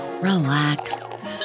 relax